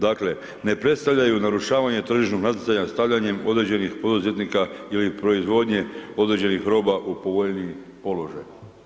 Dakle ne predstavljaju narušavanje tržišnog natjecanja stavljanjem određenih poduzetnika ili proizvodnje određenih roba u povoljniji položaj.